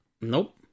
Nope